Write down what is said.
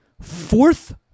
Fourth